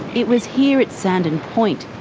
it was here at sandon point,